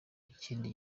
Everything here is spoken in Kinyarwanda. ikindi